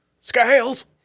Scales